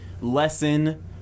lesson